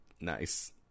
Nice